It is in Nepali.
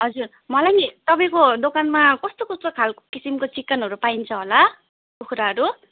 हजुर मलाई नि तपाईँको दोकानमा कस्तो कस्तो खालको किसिमको चिकनहरू पाइन्छ होला कुखुराहरू